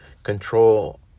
control